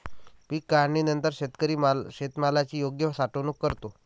पीक काढणीनंतर शेतकरी शेतमालाची योग्य साठवणूक करतो